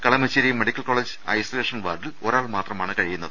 Kalamassery medical college isolation വാർഡിൽ ഒരാൾ മാത്രമാണ് കഴിയുന്നത്